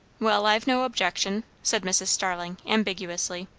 well, i've no objection, said mrs. starling ambiguously.